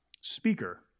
speaker